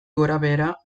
gorabehera